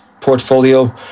portfolio